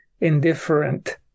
indifferent